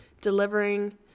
delivering